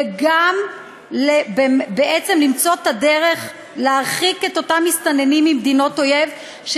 וגם בעצם למצוא את הדרך להרחיק את אותם מסתננים ממדינות אויב,